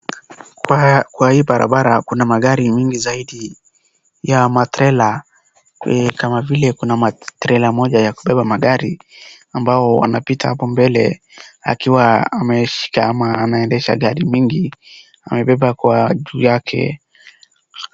Kwa hii barabara kuna magari mingi zaidi ya matrela kama vile kuna trela moja ya kubeba magari ambao wanapita hapo mbele akiwa ameendesha gari mingi amebeba juu yake.